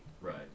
Right